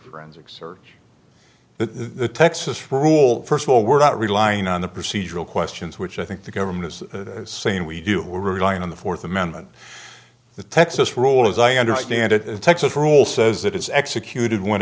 forensic search the texas rule first of all we're not relying on the procedural questions which i think the government is saying we do we're relying on the fourth amendment the texas role as i understand it the texas rule says it is executed when